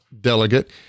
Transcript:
delegate